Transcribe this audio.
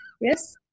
Yes